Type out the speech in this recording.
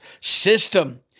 system